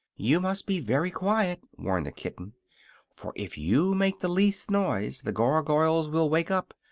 you must be very quiet, warned the kitten for if you make the least noise the gargoyles will wake up.